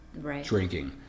drinking